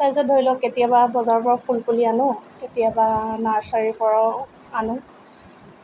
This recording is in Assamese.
তাৰপিছত ধৰি লওক কেতিয়াবা বজাৰৰ পৰা ফুল পুলি আনোঁ কেতিয়াবা নাৰ্ছাৰিৰ পৰাও আনোঁ